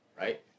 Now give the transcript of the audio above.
right